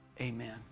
Amen